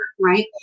right